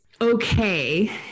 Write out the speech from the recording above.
okay